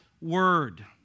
Word